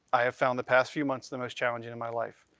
i have found the past few months the most challenging in my life.